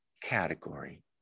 category